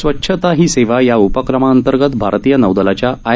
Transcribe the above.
स्वच्छता ही सेवा या उपक्रमाअंतर्गत भारतीय नौदलाच्या आय